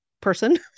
person